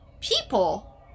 people